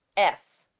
s.